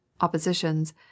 oppositions